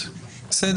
אני